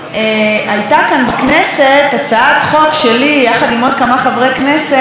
הצעת חוק שלי יחד עם עוד כמה חברי כנסת לבטל את עמלת האינטרנט.